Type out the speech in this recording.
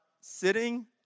sitting